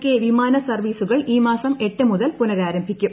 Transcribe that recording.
K വിമാന സർവ്വീസുകൾ ഈ മാസം എട്ട് മുതൽ പുനരാരംഭിക്കും